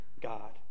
God